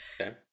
Okay